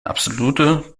absolute